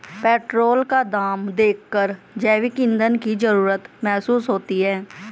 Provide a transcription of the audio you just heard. petrol का दाम देखकर जैविक ईंधन की जरूरत महसूस होती है